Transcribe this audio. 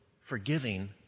forgiving